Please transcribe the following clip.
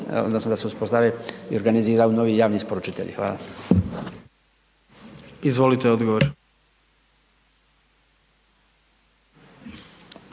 da se uspostave i organiziraju novi javni isporučitelji? Hvala. **Jandroković,